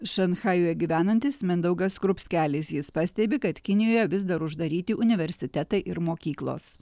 šanchajuje gyvenantis mindaugas skrupskelis jis pastebi kad kinijoje vis dar uždaryti universitetai ir mokyklos